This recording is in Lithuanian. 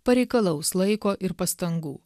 pareikalaus laiko ir pastangų